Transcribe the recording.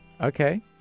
Okay